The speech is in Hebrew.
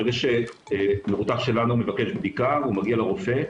ברגע שמבוטח שלנו מבקש בדיקה הוא מגיע לרופא.